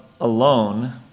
alone